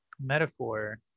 metaphor